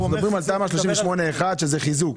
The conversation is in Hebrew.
אנחנו מדברים על תמ"א 38-1 שזה חיזוק.